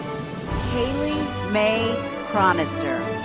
haley mae chronister.